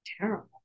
terrible